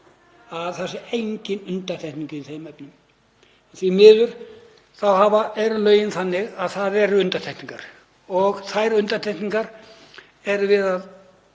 að það sé engin undantekning í þeim efnum. Því miður eru lögin þannig að það eru undantekningar og til þeirra undantekninga erum við að